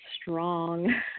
strong